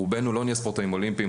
רובנו לא נהיה ספורטאים אולימפיים,